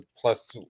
plus